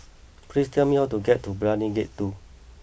please tell me how to get to Brani Gate two